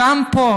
גם פה